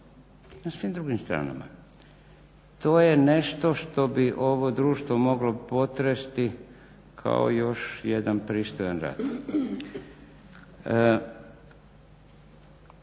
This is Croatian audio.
na svim drugim stranama. To je nešto što bi ovo društvo moglo potresti kao još jedan pristojan rat.